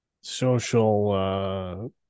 social